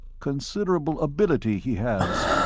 considerable ability, he has.